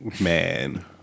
Man